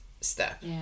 step